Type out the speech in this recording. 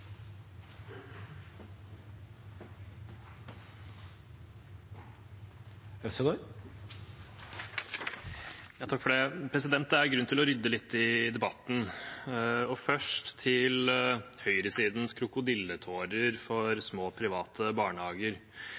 grunn til å rydde litt i debatten, og først til høyresidens krokodilletårer for små private barnehager.